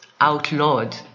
outlawed